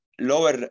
Lower